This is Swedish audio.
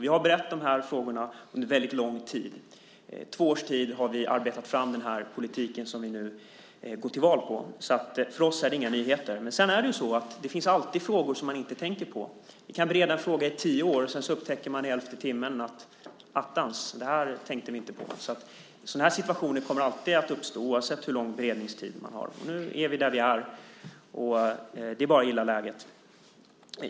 Vi har berett frågorna under väldigt lång tid. Under två års tid har vi arbetat fram den politik som vi gick till val på. För oss är det inga nyheter. Det finns dock alltid frågor man inte tänker på. Vi kan bereda en fråga i tio år, för att sedan i elfte timmen göra upptäckten: Attans, det här tänkte vi inte på! Sådana här situationer kommer alltid att uppstå, oavsett hur lång beredningstid man har. Nu är vi där vi är. Det är bara att gilla läget.